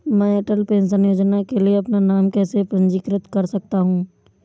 मैं अटल पेंशन योजना के लिए अपना नाम कैसे पंजीकृत कर सकता हूं?